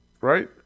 right